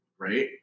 right